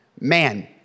Man